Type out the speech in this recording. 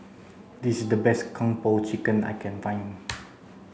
this is the best kung po chicken I can find